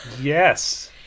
Yes